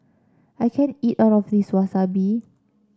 I can't eat all of this Wasabi